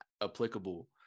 applicable